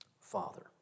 Father